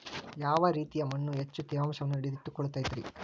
ಯಾವ ರೇತಿಯ ಮಣ್ಣ ಹೆಚ್ಚು ತೇವಾಂಶವನ್ನ ಹಿಡಿದಿಟ್ಟುಕೊಳ್ಳತೈತ್ರಿ?